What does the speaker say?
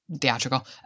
theatrical